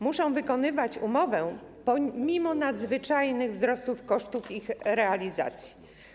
Muszą wykonywać umowy pomimo nadzwyczajnych wzrostów kosztów ich realizacji.